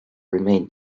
remain